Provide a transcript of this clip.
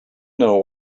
know